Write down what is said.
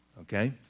Okay